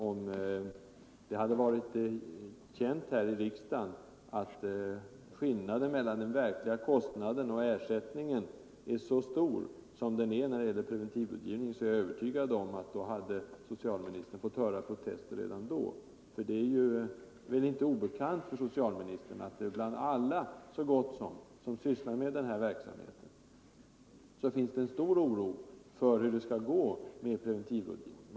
Om det här i riksdagen hade varit känt att skillnaden mellan den verkliga kostnaden och ersättningen är så stor när det gäller preventivmedelsrådgivning, är jag övertygad att socialministern redan då hade fått höra protester. Det är väl inte obekant för socialministern att det hos så gott som alla som sysslar med denna verksamhet finns en stor oro för hur det skall gå med preventivmedelsrådgivningen.